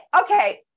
okay